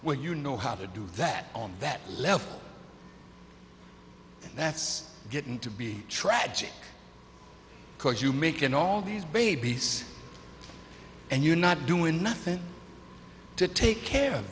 when you know how to do that on that level that's getting to be tragic because you make it all these babies and you're not doing nothing to take care